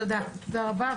תודה רבה.